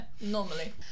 normally